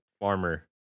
farmer